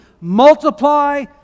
multiply